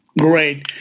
Great